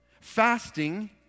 Fasting